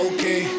Okay